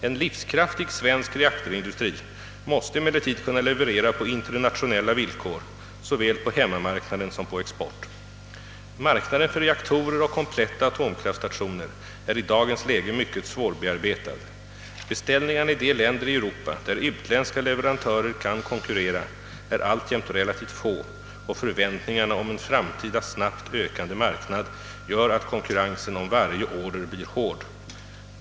En livskraftig svensk reaktorindustri måste emellertid kunna leverera på internationella villkor såväl på hemmamarknaden som på export. Marknaden för reaktorer och kompletta atomkraftstationer är i dagens läge mycket svårbearbetad. Beställningarna i de länder i Europa där utländska leverantörer kan konkurrera är alltjämt relativt få, och förväntningarna om en framtida snabbt ökande marknad gör att konkurrensen om varje order blir hård.